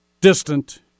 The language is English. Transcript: distant